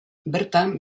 bertan